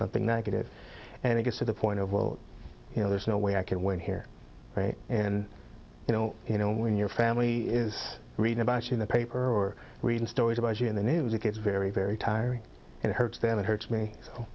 something negative and it gets to the point of well you know there's no way i can win here right and you know you know when your family is read about in the paper or reading stories about you in the news it gets very very tiring and it hurts them it hurts me